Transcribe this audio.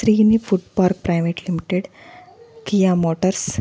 Srini food park private limited Kia motors